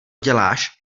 děláš